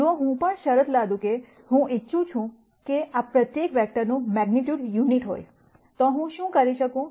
જો હું પણ શરત લાદું છું કે હું ઇચ્છું છું કે આ પ્રત્યેક વેક્ટરનું મેગ્નીટ્યૂડ યુનિટ હોય તો હું શું કરી શકું